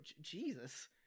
Jesus